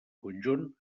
conjunt